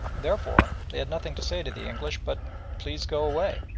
therefore they had nothing to say to the english but please go away.